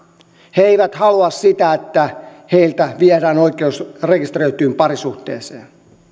he eivät halua sitä että heiltä viedään oikeus rekisteröityyn parisuhteeseen